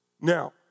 Now